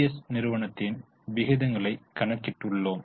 S நிறுவனத்தின் விகிதங்களை கணக்கிட்டுள்ளோம்